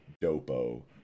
Dopo